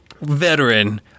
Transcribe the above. veteran